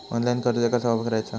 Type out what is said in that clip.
Online कर्ज कसा करायचा?